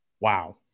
Wow